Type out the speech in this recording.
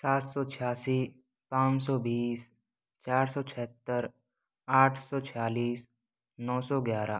सात सौ छियासी पाँच सौ बीस चार सौ छिहत्तर आठ सौ छियालीस नौ सौ ग्यारह